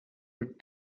with